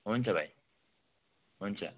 हुन्छ भाइ हुन्छ